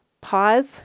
pause